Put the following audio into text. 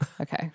okay